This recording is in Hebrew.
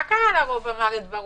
מה קרה אתמול ל"רוב אמר את דברו"?